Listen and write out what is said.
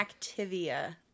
activia